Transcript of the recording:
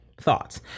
Thoughts